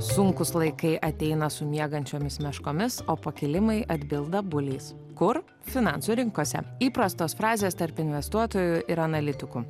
sunkūs laikai ateina su miegančiomis meškomis o pakilimai atbilda buliais kur finansų rinkose įprastos frazės tarp investuotojų ir analitikų